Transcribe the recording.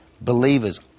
believers